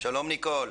שלום ניקול.